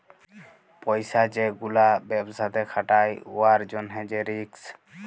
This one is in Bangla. পইসা যে গুলা ব্যবসাতে খাটায় উয়ার জ্যনহে যে রিস্ক